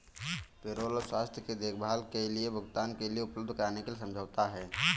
payroll कर स्वास्थ्य देखभाल के भुगतान के लिए धन उपलब्ध कराने के लिए समझौता है